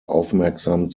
aufmerksam